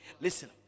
listen